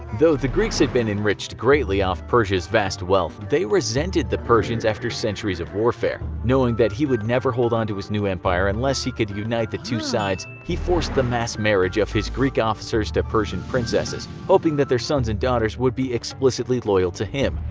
though the greeks had been enriched greatly off persia's vast wealth, they resented the persians after centuries of warfare. knowing he would never hold on to his new empire unless he could unite the two sides, he forced the mass marriage of his greek officers to persian princesses, hoping that their sons and daughters would be explicitly loyal to him.